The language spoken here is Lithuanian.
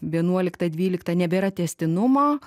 vienuoliktą dvyliktą nebėra tęstinumo